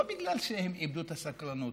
לא בגלל שהם איבדו את הסקרנות,